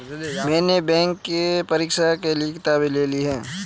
मैने बैंक के परीक्षा के लिऐ किताबें ले ली हैं